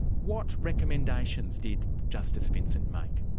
what recommendations did justice vincent make?